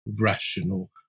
rational